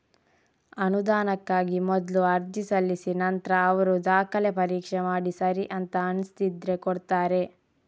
ಅನುದಾನಕ್ಕಾಗಿ ಮೊದ್ಲು ಅರ್ಜಿ ಸಲ್ಲಿಸಿ ನಂತ್ರ ಅವ್ರು ದಾಖಲೆ ಪರೀಕ್ಷೆ ಮಾಡಿ ಸರಿ ಅಂತ ಅನ್ಸಿದ್ರೆ ಕೊಡ್ತಾರೆ